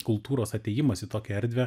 kultūros atėjimas į tokią erdvę